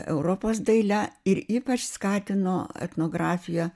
europos daile ir ypač skatino etnografiją